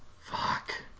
Fuck